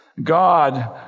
God